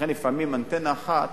לכן לפעמים אנטנה אחת